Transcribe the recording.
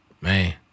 Man